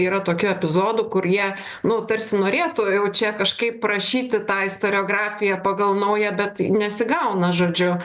yra tokia epizodų kur jie nu tarsi norėtų jau čia kažkaip prašyti tą istoriografiją pagal naują bet nesigauna žodžiu